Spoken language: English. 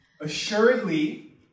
Assuredly